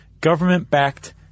government-backed